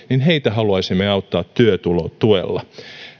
haluaisimme auttaa työtulotuella